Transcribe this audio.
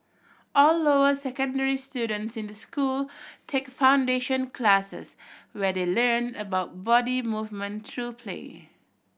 all lower secondary students in the school take foundation classes where they learn about body movement through play